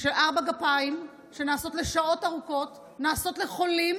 של ארבע גפיים, שנעשות לשעות ארוכות, נעשות לחולים